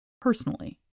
personally